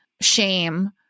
shame